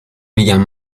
میگم